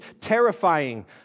terrifying